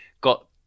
got